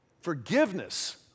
Forgiveness